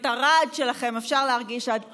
את הרעד שלכם אפשר להרגיש עד פה.